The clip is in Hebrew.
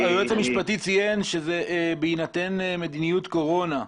היועץ המשפטי ציין שזה בהינתן מדיניות קורונה.